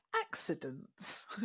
accidents